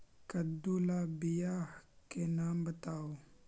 कददु ला बियाह के नाम बताहु?